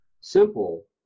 simple